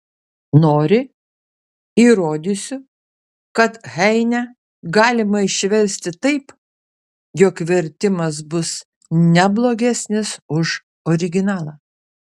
nori įrodysiu kad heinę galima išversti taip jog vertimas bus ne blogesnis už originalą